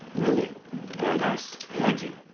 really? very nice. thank you.